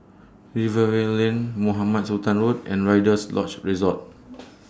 Rivervale Lane Mohamed Sultan Road and Rider's Lodge Resort